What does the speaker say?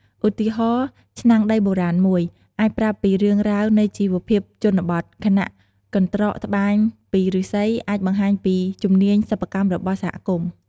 ឧទាហរណ៍ ឆ្នាំងដីបុរាណមួយ អាចប្រាប់ពីរឿងរ៉ាវនៃជីវភាពជនបទ ខណៈកន្ត្រកត្បាញពីឫស្សីអាចបង្ហាញពីជំនាញសិប្បកម្មរបស់សហគមន៍។